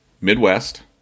midwest